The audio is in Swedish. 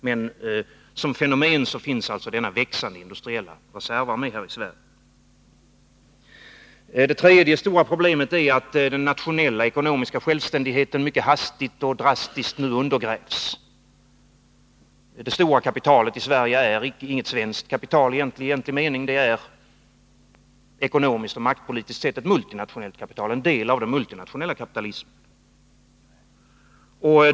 Men som fenomen finns alltså denna växande industriella reservarmé här i Sverige. Det tredje stora problemet är att den nationella ekonomiska självständigheten mycket hastigt och drastiskt nu undergrävs. Det stora kapitalet i Sverige är inget svenskt kapital i egentlig mening — det är ekonomiskt och maktpolitiskt sett ett multinationellt kapital, dvs. en del av den multinationella kapitalismen.